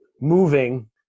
moving